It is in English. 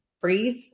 breathe